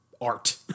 art